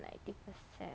like 一个 set